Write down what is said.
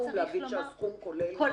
אם